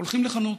הולכים לחנות.